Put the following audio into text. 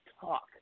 talk